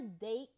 date